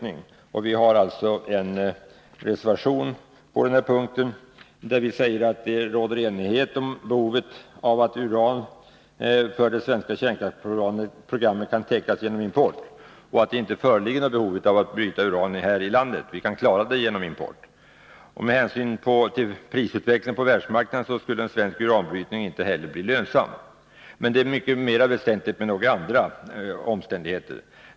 I vår reservation på denna punkt konstaterar vi att det råder enighet om att behovet av uran för det svenska kärnkraftsprogrammet kan täckas genom import och att det inte föreligger något behov av uranbrytning här i landet. Med hänsyn till prisutvecklingen på världsmarknaden skulle en svensk uranbrytning inte heller bli lönsam. Väsentligare är emellertid ett par andra omständigheter.